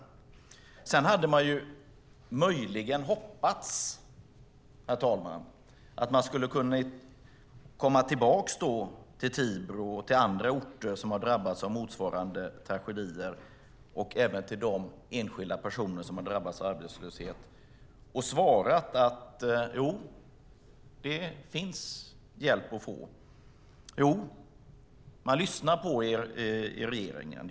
Sedan hade man möjligen hoppats, herr talman, att man skulle kunna komma tillbaka till Tibro och andra orter som har drabbats av motsvarande tragedier och även till de enskilda personer som har drabbats av arbetslöshet och svara: Jo, det finns hjälp att få. Jo, man lyssnar på er i regeringen.